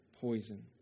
poison